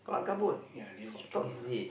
ya that's true lah